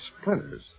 Splinters